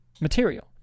material